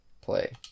Play